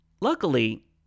Luckily